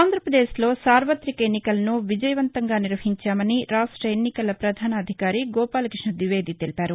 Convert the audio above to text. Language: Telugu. ఆంధ్రాప్రదేశ్లో సార్వతిక ఎన్నికలను విజయవంతంగా నిర్వహించామని రాష్ట ఎన్నికల ప్రధానాధికారి గోపాలక్బష్ణ ద్వివేది తెలిపారు